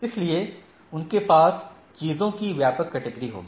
इसलिए उनके पास चीजों की व्यापक कैटेगरी होगी